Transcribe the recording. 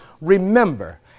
remember